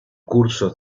cursos